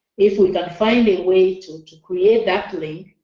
if we can find a way to to create that link,